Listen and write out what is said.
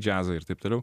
džiazą ir taip toliau